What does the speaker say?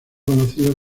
conocido